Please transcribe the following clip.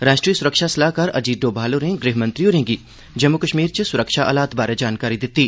राष्ट्री सुरक्षा सलाह्कार अजीत डोमाल होरें गृह मंत्री होरें'गी जम्मू कश्मीर च सुरक्षा हालात बारै जानकारी दित्ती